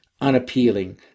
unappealing